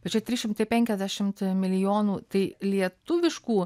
tai čia trys šimtai penkiasdešimt milijonų tai lietuviškų